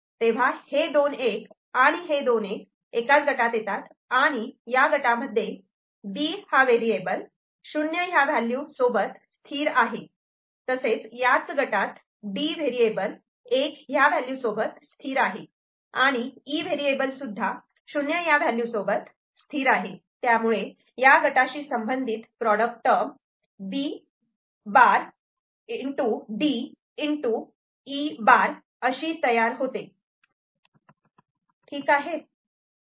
तेव्हा हे दोन 1 आणि हे दोन 1 एकाच गटात येतात आणि या गटामध्ये B हा वेरिएबल '0' या व्हॅल्यू सोबत स्थिर आहे तसेच याच गटात D व्हेरिएबल '1' या व्हॅल्यू सोबत स्थिर आहे आणि E व्हेरिएबलसुद्धा '0' या व्हॅल्यू सोबत स्थिर आहे त्यामुळे या गटाशी संबंधित प्रॉडक्ट टर्म B'DE' अशी तयार होते ठीक आहे